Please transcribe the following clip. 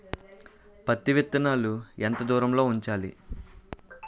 పత్తి విత్తనాలు ఎంత దూరంలో ఉంచాలి?